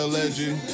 legend